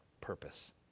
purpose